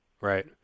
Right